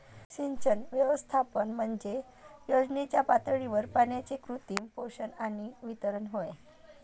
सिंचन व्यवस्थापन म्हणजे योजनेच्या पातळीवर पाण्याचे कृत्रिम शोषण आणि वितरण होय